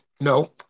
No